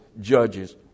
judges